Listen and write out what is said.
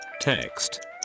Text